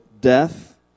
death